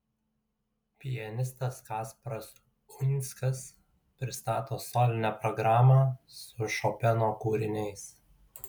pianistas kasparas uinskas pristato solinę programą su šopeno kūriniais